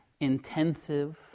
intensive